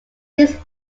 this